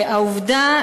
העובדה,